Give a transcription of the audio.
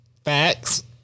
Facts